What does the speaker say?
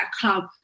club